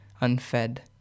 unfed